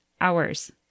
hours